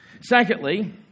Secondly